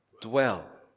dwell